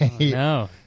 no